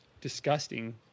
disgusting